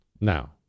Now